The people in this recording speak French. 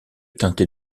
teinté